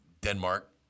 Denmark